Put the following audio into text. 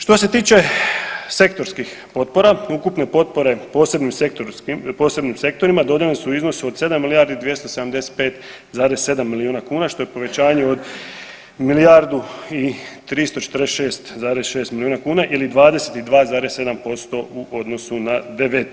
Što se tiče sektorskih potpora, ukupne potpore posebnim sektorskim, posebnim sektorima dodijeljene su u iznosu od 7 milijardi 275,7 miliona kuna što je povećanje od milijardu i 346,6 miliona kuna ili 22,7% u odnosu na '19.